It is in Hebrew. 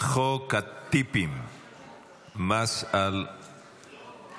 חוק הטיפים, מס על הטיפים.